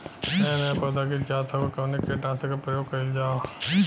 नया नया पौधा गिर जात हव कवने कीट नाशक क प्रयोग कइल जाव?